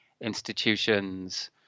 institutions